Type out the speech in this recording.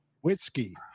Whiskey